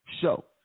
show